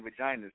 vaginas